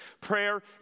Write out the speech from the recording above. Prayer